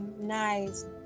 Nice